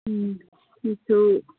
ꯎꯝ ꯑꯗꯨꯁꯨ